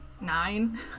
Nine